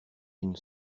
une